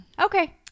Okay